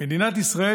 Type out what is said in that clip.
מדינת ישראל,